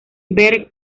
ver